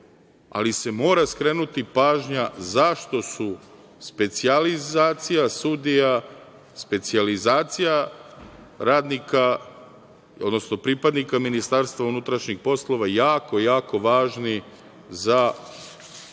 ali se mora skrenuti pažnja zašto su specijalizacija sudija, specijalizacija radnika, odnosno pripadnika Ministarstva unutrašnjih poslova jako važni za